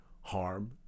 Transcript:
harm